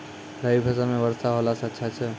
रवी फसल म वर्षा होला से अच्छा छै?